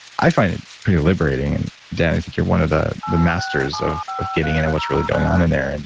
i find it pretty liberating, and dan i think you're one the the masters of of getting into what's really going on in there, and